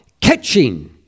catching